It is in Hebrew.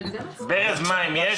ברז מים יש.